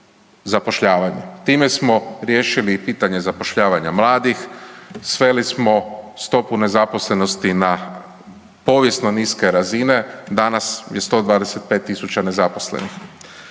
Time smo riješili i pitanje zapošljavanja mladih, sveli smo stopu nezaposlenosti na povijesno niske razine, danas je 125.000 nezaposlenih.